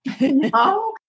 no